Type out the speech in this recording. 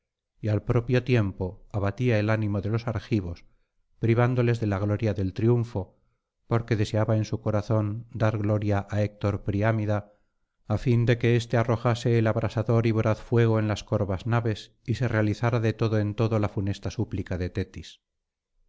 y al propio tiempo abatía el ánimo de los argivos privándoles de la gloria del triunfo porque deseaba en su corazón dar gloria á héctor priámida á fin de que éste arrojase el abrasador y voraz fuego en las corvas naves y se realizara de todo en todo la funesta súplica de tetis